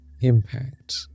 impact